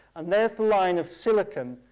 and there's the line of silicon